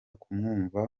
kumwumva